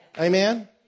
Amen